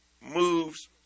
moves